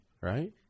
right